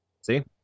See